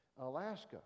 Alaska